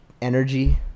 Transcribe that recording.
energy